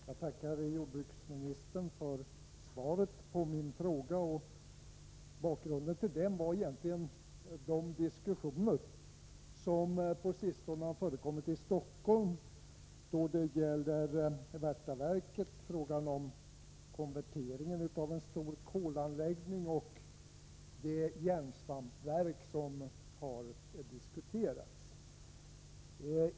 Herr talman! Jag tackar jordbruksministern för svaret på min fråga. Bakgrunden till frågan är de diskussioner som på sistone har förekommit i Stockholm då det gäller Värtaverket, frågan om konvertering av en stor kolanläggning och det järnsvampverk som varit på förslag.